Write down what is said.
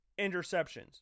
interceptions